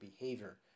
behavior